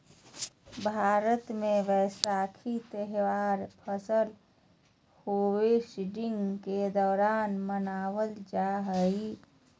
भारत मे वैसाखी त्यौहार फसल हार्वेस्टिंग के दौरान मनावल जा हय